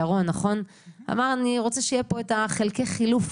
ירון: אני רוצה שיהיו פה את חלקי החילוף,